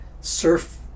surf